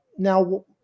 Now